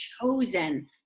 chosen